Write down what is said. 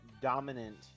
dominant